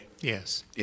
Yes